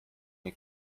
nie